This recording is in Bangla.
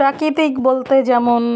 প্রাকৃতিক বলতে যেমন